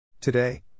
Today